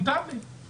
מותר לי .